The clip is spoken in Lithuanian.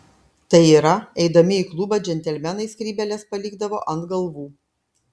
tai yra eidami į klubą džentelmenai skrybėles palikdavo ant galvų